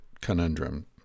conundrum